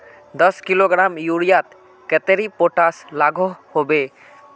दस किलोग्राम यूरियात कतेरी पोटास लागोहो होबे?